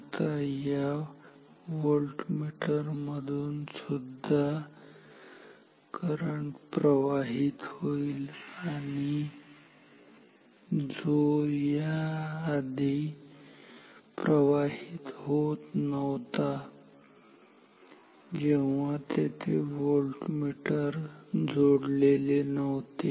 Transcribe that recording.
आता या व्होल्टमीटर मधून सुद्धा करंट प्रवाहित होईल जो या आधी प्रवाहित होत नव्हता जेव्हा तेथे व्होल्टमीटर जोडलेले नव्हते